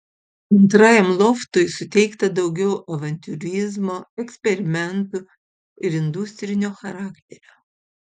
antrajam loftui suteikta daugiau avantiūrizmo eksperimentų ir industrinio charakterio